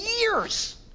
years